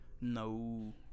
No